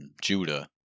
Judah